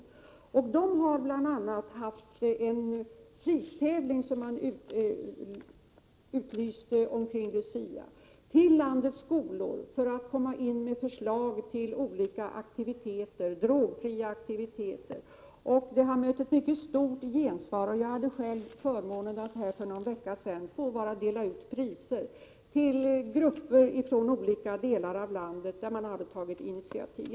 A Non Fighting Generation utlyste bl.a. en pristävling vid Luciatid riktad till landets alla skolor för att de skulle lämna förslag till olika drogfria aktiviteter. Denna tävling har mött ett mycket stort gensvar. Jag hade själv förmånen att för någon vecka sedan få dela ut priser till grupper från olika delar av landet som hade tagit initiativ.